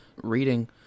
reading